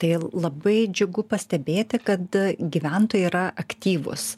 tai labai džiugu pastebėti kad gyventojai yra aktyvūs